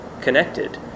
connected